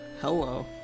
Hello